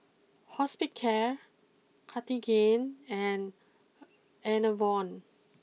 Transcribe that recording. Hospicare Cartigain and Enervon